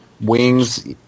wings